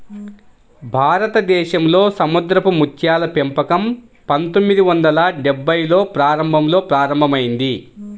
భారతదేశంలో సముద్రపు ముత్యాల పెంపకం పందొమ్మిది వందల డెభ్భైల్లో ప్రారంభంలో ప్రారంభమైంది